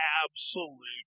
absolute